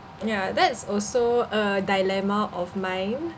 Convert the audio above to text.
ya that's also a dilemma of mine